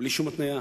בלי שום התניה.